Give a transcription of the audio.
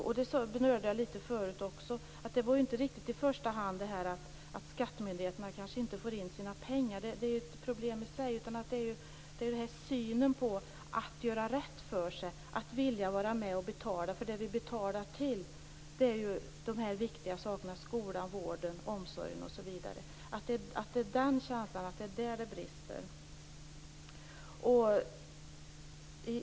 Jag berörde tidigare att det i första hand inte är fråga om att skattemyndigheterna inte får in sina pengar. Det är ett problem i sig. Det är synen på att göra rätt för sig, att vilja vara med och betala. Det vi betalar till är de viktiga sakerna som skolan, vården, omsorgen osv. Det är där det brister.